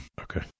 Okay